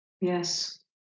yes